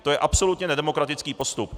To je absolutně nedemokratický postup.